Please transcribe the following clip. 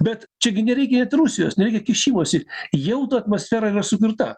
bet čia gi nereikia net rusijos nereikia kišimosi jau ta atmosfera yra sukurta